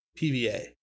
PVA